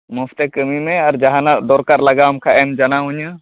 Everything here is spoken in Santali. ᱢᱚᱡᱽᱛᱮ ᱠᱟᱹᱢᱤ ᱢᱮ ᱟᱨ ᱡᱟᱦᱟᱱᱟᱜ ᱫᱚᱨᱠᱟᱨ ᱞᱟᱜᱟᱣ ᱟᱢ ᱠᱷᱟᱡ ᱮᱢ ᱡᱟᱱᱟᱣ ᱟᱹᱧᱟᱹ